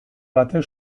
batek